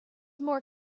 more